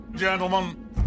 gentlemen